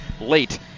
late